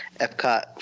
Epcot